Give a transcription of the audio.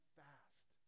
fast